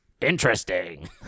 Interesting